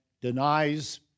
denies